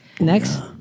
Next